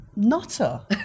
nutter